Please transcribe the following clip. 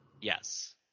Yes